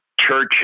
churches